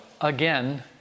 Again